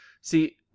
See